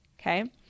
okay